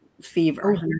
fever